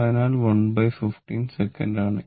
അതിനാൽ 115 സെക്കൻഡ് ആണ്